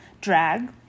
drag